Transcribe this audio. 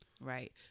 right